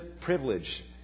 privilege